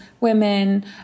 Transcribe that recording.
women